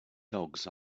dogs